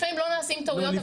לפעמים לא נעשים טעויות,